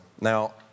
Now